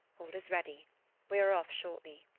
all is ready we are off shortly.